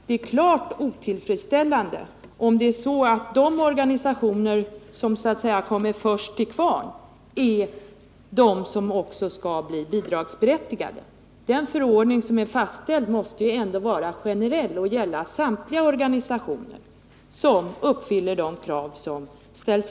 Det är klart otillfredsställande om det är så att det är de organisationer som så att säga kommer först till kvarn som också blir bidragsberättigade. Den förordning som är fastställd måste ju vara generell och gälla samtliga organisationer som uppfyller de krav som uppställts.